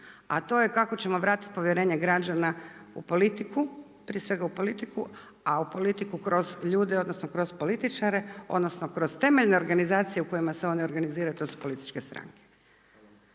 a to je kako ćemo vratiti povjerenje građana u politiku, prije svega u politiku, a u politiku kroz ljude odnosno kroz političare odnosno kroz temeljne organizacije u kojima se oni organiziraju to su političke stranke.